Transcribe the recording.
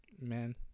Man